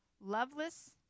loveless